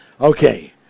Okay